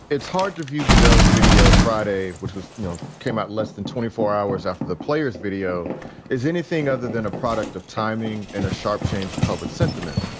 it's hard to view goodell's video friday, which was, you know, came out less than twenty four hours after the players video is anything other than a product of timing and a sharp change in public sentiment.